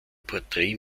porträt